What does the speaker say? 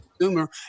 consumer